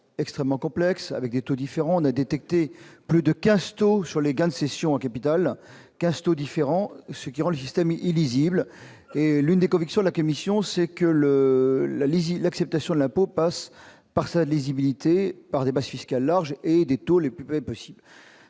extrêmement complexe, avec des taux différents- on en a détecté plus de quinze sur les gains de cession en capital -, ce qui rend le système illisible. L'une des convictions de la commission, c'est que l'acceptation de l'impôt passe sa lisibilité, par des bases fiscales larges et des taux les plus faibles possible.